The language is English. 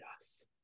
Yes